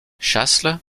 chasles